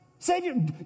Savior